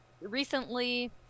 recently